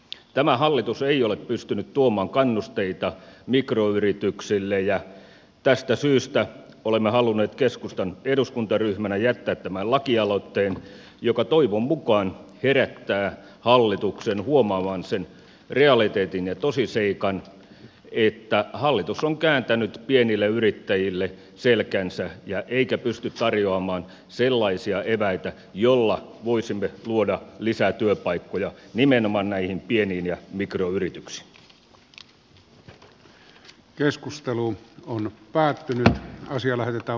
tämä hallitus ei ole pystynyt tuomaan kannusteita mikroyrityksille ja tästä syystä olemme halunneet keskustan eduskuntaryhmänä jättää tämän lakialoitteen joka toivon mukaan herättää hallituksen huomaamaan sen realiteetin ja tosiseikan että hallitus on kääntänyt pienille yrittäjille selkänsä eikä pysty tarjoamaan sellaisia eväitä joilla voisimme luoda lisää työpaikkoja nimenomaan näihin pieniin ja asia lähetetään